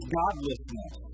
godlessness